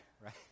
right